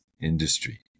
industry